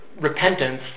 repentance